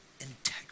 integrity